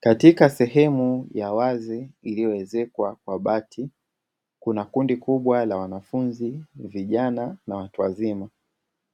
Katika sehemu ya wazi iliyoezekwa kwa bati, kuna kundi kubwa la wanafunzi, vijana na watu wazima.